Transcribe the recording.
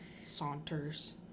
Saunters